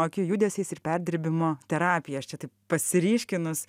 akių judesiais ir perdirbimo terapija aš čia taip pasiryškinus